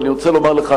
ואני רוצה לומר לך,